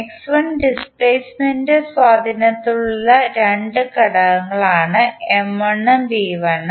X 1 ഡിസ്പ്ലേസ്മെന്റിൻറെ സ്വാധീനത്തിലുള്ള രണ്ട് ഘടകങ്ങളാണ് എം 1 ബി 1